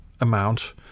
amount